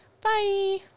Bye